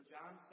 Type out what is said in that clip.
John